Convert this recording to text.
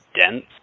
dense